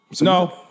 No